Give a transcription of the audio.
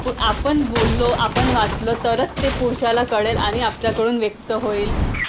आप आपण बोललो आपण वाचलो तरच ते पुढच्यााला कळेल आणि आपल्याकडून व्यक्त होईल